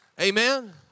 Amen